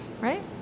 right